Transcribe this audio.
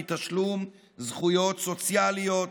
מתשלום זכויות סוציאליות,